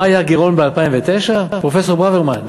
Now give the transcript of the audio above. מה היה הגירעון ב-2009, פרופסור ברוורמן?